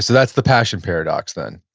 so that's the passion paradox then?